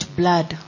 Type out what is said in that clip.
blood